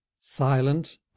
Silent